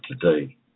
today